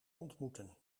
ontmoeten